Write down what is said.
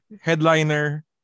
headliner